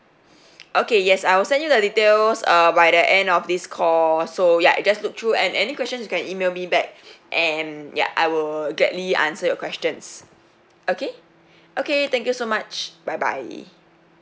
okay yes I'll send you the details uh by the end of this call so ya I just look through and any questions you can email me back and yup I will gladly answer your questions okay okay thank you so much bye bye